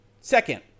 Second